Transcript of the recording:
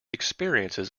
experiences